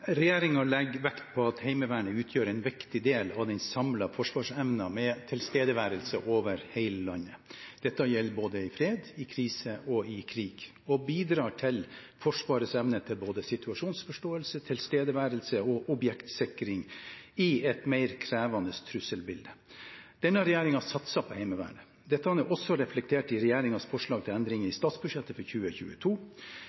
viktig del av den samlede forsvarsevnen med tilstedeværelse over hele landet. Dette gjelder både i fred, i krise og i krig og bidrar til Forsvarets evne til situasjonsforståelse, tilstedeværelse og objektsikring i et mer krevende trusselbilde. Denne regjeringen satser på Heimevernet. Dette er også reflektert i regjeringens forslag til endring i